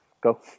go